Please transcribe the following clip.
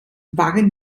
waren